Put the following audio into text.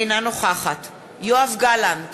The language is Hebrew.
אינה נוכחת יואב גלנט,